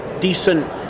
decent